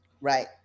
right